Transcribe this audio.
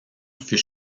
fut